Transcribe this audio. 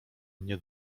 mnie